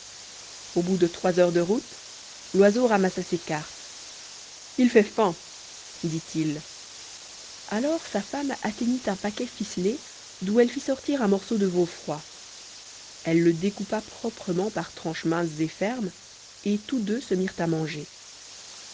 au bout de trois heures de route loiseau ramassa ses cartes il fait faim dit-il alors sa femme atteignit un paquet ficelé d'où elle fit sortir un morceau de veau froid elle le découpa proprement par tranches minces et fermes et tous deux se mirent à manger